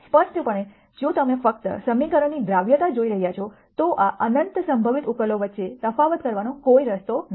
સ્પષ્ટપણે જો તમે ફક્ત સમીકરણની દ્રાવ્યતા જોઈ રહ્યા છો તો આ અનંત સંભવિત ઉકેલો વચ્ચે તફાવત કરવાનો કોઈ રસ્તો નથી